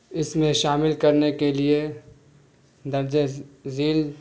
اس میں شامل کرنے کے لیے درجہ ذیل